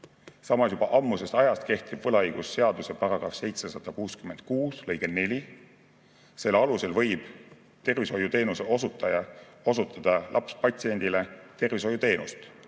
Samas juba ammusest ajast kehtib võlaõigusseaduse § 766 lõige 4. Selle alusel võib tervishoiuteenuse osutaja osutada lapspatsiendile tervishoiuteenust,